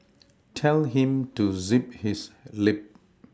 tell him to zip his lip